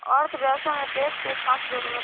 अर्थव्यवस्था में टैक्स के खास जरूरत बा